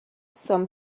some